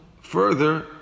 further